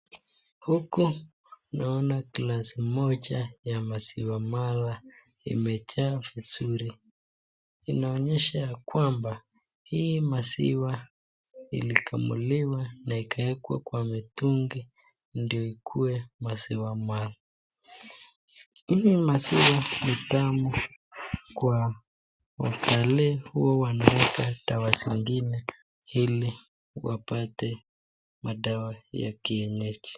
Huku naona glasi moja ya maziwa mala imejaa vizuri, inaonyesha kwamba hii maziwa ilikamuliwa na ikawekwa kwa mitungi ndio ikue maziwa mala. Hii maziwa ni tamu kwa wakalee huwa wanaweka dawa zingine ili wapate madawa ya kienyeji.